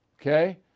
okay